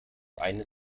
eine